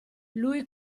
lui